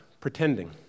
pretending